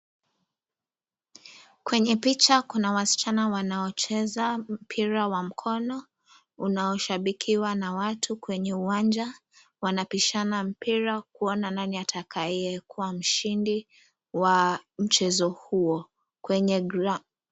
Kwenye picha kuna wasichana wanaocheza mpira wa mkono, wanashabikiwa na watu kwenye uwanja, wanapishana mpira kuona nani atakayekuwa mshindi wa mchezo huo. Kwenye gra.